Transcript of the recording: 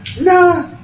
Nah